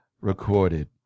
recorded